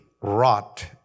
wrought